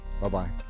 bye-bye